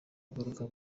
kugaruka